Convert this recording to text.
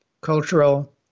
cultural